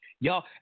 Y'all